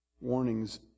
warnings